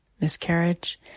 miscarriage